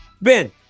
Ben